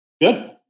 Good